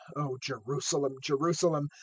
o jerusalem, jerusalem,